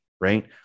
right